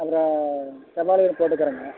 அப்புறம் செவ்வாழையும் போட்டிருக்குறேங்க